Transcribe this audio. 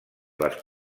les